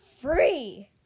free